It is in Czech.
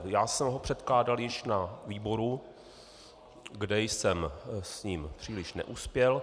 Já jsem ho předkládal již na výboru, kde jsem s ním příliš neuspěl.